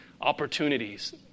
opportunities